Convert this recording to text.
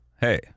hey